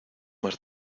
más